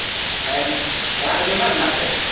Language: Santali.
ᱟᱨ ᱚᱲᱟᱜ ᱨᱮᱜᱮ ᱢᱮᱱᱟᱜ ᱵᱤᱱᱟᱹ ᱥᱮ